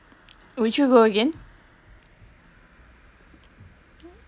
would you go again